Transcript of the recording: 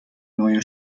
neue